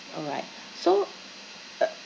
alright so uh